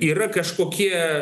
yra kažkokie